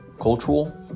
cultural